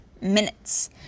minutes